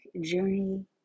journey